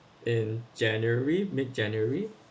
in january mid january